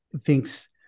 thinks